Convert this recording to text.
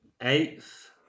eighth